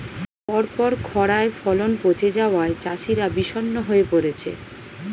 পরপর খড়ায় ফলন পচে যাওয়ায় চাষিরা বিষণ্ণ হয়ে পরেছে